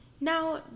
now